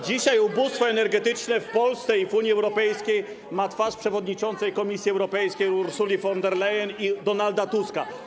Dzisiaj ubóstwo energetyczne w Polsce i w Unii Europejskiej ma twarz przewodniczącej Komisji Europejskiej Ursuli von der Leyen i Donalda Tuska.